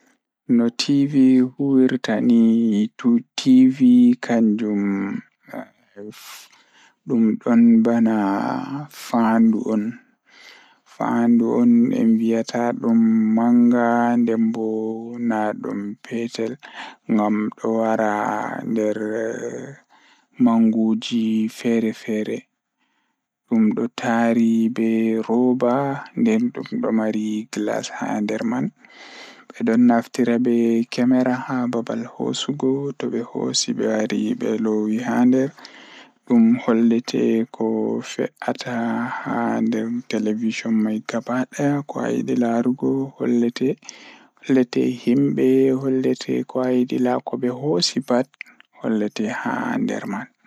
Ko nafaade e dow waawde ɗiɗi. Nde ɗiɗi woni ko njelɓe e ngelɗi baafal ngal. Nde waɗi ko siwal ngal, fota ngam nder ndiyam, tawa ngal suusiiwa. Yimɓe seeɗi njiyataa e ndiyam. E njooɗi sepi haala.